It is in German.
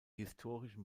historischen